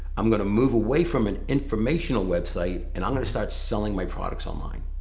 i'm gonna move away from an informational website, and i'm gonna start selling my products online.